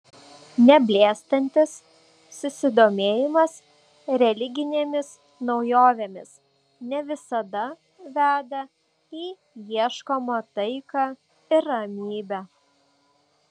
neblėstantis susidomėjimas religinėmis naujovėmis ne visada veda į ieškomą taiką ir ramybę